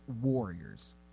warriors